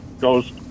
goes